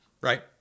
right